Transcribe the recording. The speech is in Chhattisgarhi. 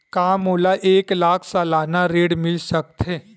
का मोला एक लाख सालाना ऋण मिल सकथे?